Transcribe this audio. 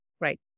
Right